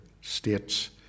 states